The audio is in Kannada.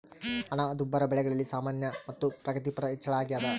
ಹಣದುಬ್ಬರ ಬೆಲೆಗಳಲ್ಲಿ ಸಾಮಾನ್ಯ ಮತ್ತು ಪ್ರಗತಿಪರ ಹೆಚ್ಚಳ ಅಗ್ಯಾದ